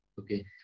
Okay